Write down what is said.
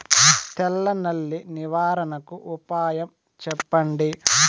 తెల్ల నల్లి నివారణకు ఉపాయం చెప్పండి?